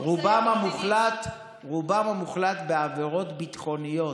רובם המוחלט בעבירות ביטחוניות,